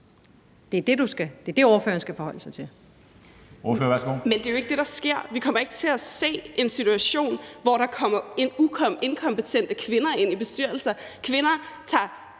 13:39 Astrid Carøe (SF): Men det er jo ikke det, der sker. Vi kommer ikke til at se en situation, hvor der kommer inkompetente kvinder ind i bestyrelser. Der er